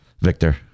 Victor